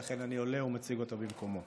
ולכן אני עולה ומציג אותה במקומו.